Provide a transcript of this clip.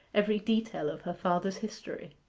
every detail of her father's history.